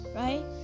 right